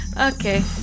Okay